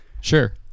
Sure